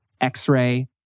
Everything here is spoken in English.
X-Ray